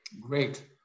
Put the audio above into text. Great